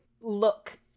look